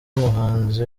muhanzi